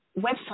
website